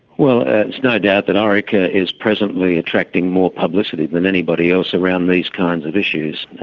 well, it's no doubt that orica is presently attracting more publicity than anybody else around these kinds of issues,